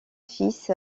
fils